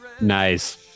Nice